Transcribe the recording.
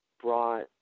brought